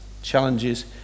Challenges